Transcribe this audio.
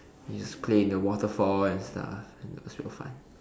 you just play in the waterfall and stuff and it was real fun